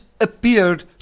appeared